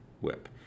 whip